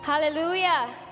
Hallelujah